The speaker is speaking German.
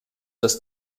das